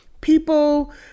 people